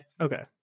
okay